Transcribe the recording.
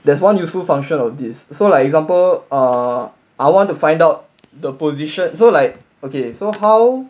there's one useful function of this so like example ah I want to find out the position so like okay so how